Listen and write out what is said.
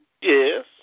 Yes